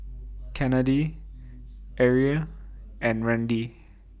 Kennedi Arie and Randi